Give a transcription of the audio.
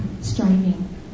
striving